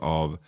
av